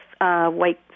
White